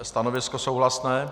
Stanovisko souhlasné.